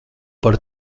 par